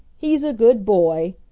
he's a good boy,